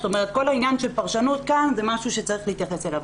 זאת אומרת כל העניין של פרשנות כאן זה משהו שצריך להתייחס אליו.